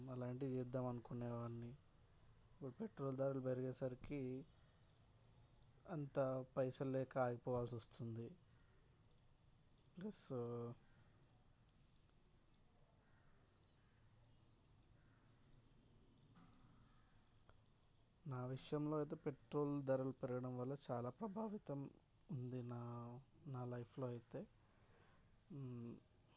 అలాంటివి చేద్దాం అనుకునే వాడిని ఈ పెట్రోల్ ధరలు పెరిగే సరికి అంతా పైసలు లేక ఆగిపోవాల్సి వస్తుంది ప్లస్ నా విషయంలో అయితే పెట్రోల్ ధరలు పెరగడం వల్ల చాలా ప్రభావితం ఉంది నా నా లైఫ్లో అయితే